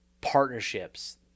partnerships